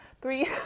three